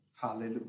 Hallelujah